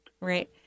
Right